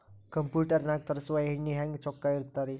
Computer ನಾಗ ತರುಸುವ ಎಣ್ಣಿ ಹೆಂಗ್ ಚೊಕ್ಕ ಇರತ್ತ ರಿ?